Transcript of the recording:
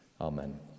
Amen